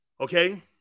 Okay